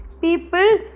people